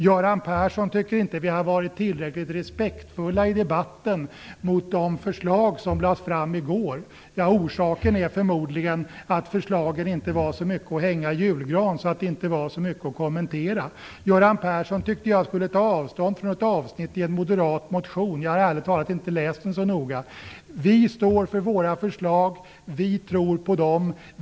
Göran Persson tycker inte att vi har varit tillräckligt respektfulla i debatten när det gäller de förslag som lades fram i går. Orsaken är förmodligen att förslagen inte var så mycket att hänga i julgranen. Det var därför inte så mycket att kommentera. Göran Persson tyckte att jag skulle ta avstånd från ett avsnitt i en moderat motion. Jag har ärligt talat inte läst den så noga. Vi står för våra förslag, och vi tror på dem.